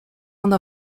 ona